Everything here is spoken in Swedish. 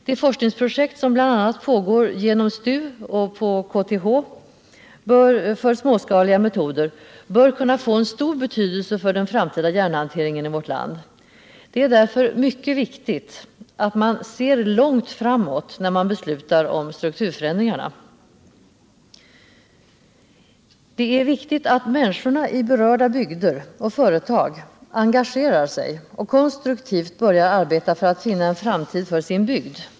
De forskningsprojekt som pågår bl.a. genom STU och KTH för småskaliga metoder bör kunna få stor betydelse för den framtida järnhanteringen i vårt land. Det är därför mycket viktigt att man ser långt framåt, när man beslutar om strukturförändringarna. Det är viktigt att människorna i berörda bygder och företag engagerar sig och konstruktivt börjar arbeta för att finna en framtid för sin bygd.